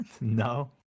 No